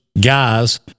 guys